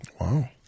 Wow